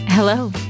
Hello